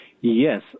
Yes